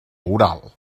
oral